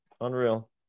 Unreal